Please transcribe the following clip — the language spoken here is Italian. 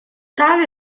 tale